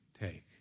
take